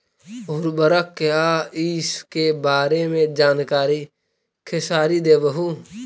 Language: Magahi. उर्वरक क्या इ सके बारे मे जानकारी खेसारी देबहू?